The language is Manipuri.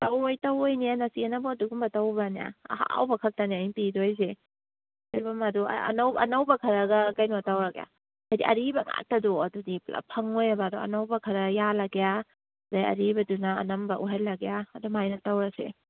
ꯇꯧꯔꯣꯏ ꯇꯧꯔꯣꯏꯅꯦ ꯅꯆꯦꯅꯕꯨ ꯑꯗꯨꯒꯨꯝꯕ ꯇꯧꯕ꯭ꯔꯅꯦ ꯑꯍꯥꯎꯕ ꯈꯛꯇꯅꯦ ꯑꯩꯅ ꯄꯤꯗꯣꯏꯁꯦ ꯁꯣꯏꯕꯨꯝ ꯑꯗꯨ ꯑꯅꯧ ꯑꯅꯧꯕ ꯈꯔꯒ ꯀꯩꯅꯣ ꯇꯧꯔꯒꯦ ꯍꯥꯏꯗꯤ ꯑꯔꯤꯕ ꯉꯥꯛꯇꯗꯣ ꯑꯗꯨꯗꯤ ꯄꯨꯂꯞ ꯐꯪꯉꯣꯏꯕ ꯑꯗꯣ ꯑꯅꯧꯕ ꯈꯔ ꯌꯥꯜꯂꯒꯦ ꯑꯗꯒꯤ ꯑꯔꯤꯕꯗꯨꯅ ꯑꯅꯝꯕ ꯑꯣꯏꯍꯜꯂꯒꯦ ꯑꯗꯨꯝ ꯍꯥꯏꯅ ꯇꯧꯔꯁꯦ